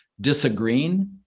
disagreeing